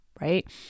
right